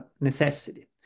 necessity